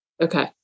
okay